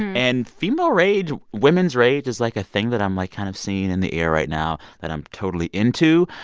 and female rage women's rage is, like, a thing that i'm, like, kind of seeing in the air right now that i'm totally into.